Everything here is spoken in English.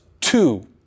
two